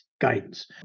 guidance